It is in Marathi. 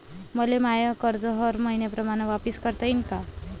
मले माय कर्ज हर मईन्याप्रमाणं वापिस करता येईन का?